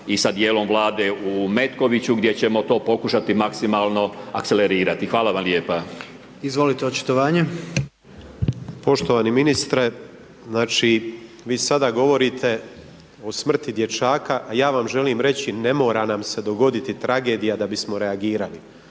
i sa dijelom Vlade u Metkoviću gdje ćemo to pokušati maksimalno akcelerirati. Hvala vam lijepa. **Jandroković, Gordan (HDZ)** Izvolite očitovanje. **Grmoja, Nikola (MOST)** Poštovani ministre, znači vi sada govorite o smrti dječaka, a ja vam želim reći ne mora nam se dogoditi tragedija da bismo reagirali.